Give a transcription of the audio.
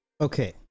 Okay